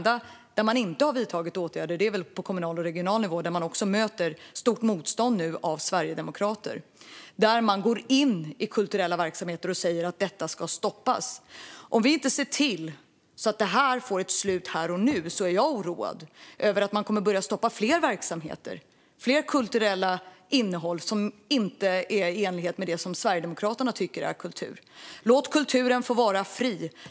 Där man inte har vidtagit åtgärder är väl på kommunal och regional nivå. Där möter man nu också stort motstånd av sverigedemokrater. De går in i kulturella verksamheter och säger att detta ska stoppas. Om vi inte ser till att detta får ett slut här och nu är jag oroad över att de kommer att börja stoppa fler verksamheter och fler kulturella innehåll som inte är i enlighet med det som Sverigedemokraterna tycker är kultur. Låt kulturen vara fri!